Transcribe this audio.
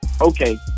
okay